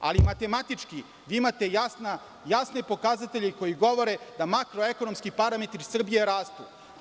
Ali, matematički, vi imate jasne pokazatelje koji govore, da makroekonomski parametri Srbije rastu.